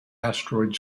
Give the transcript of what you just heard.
asteroid